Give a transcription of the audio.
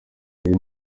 reka